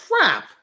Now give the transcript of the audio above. crap